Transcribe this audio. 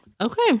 okay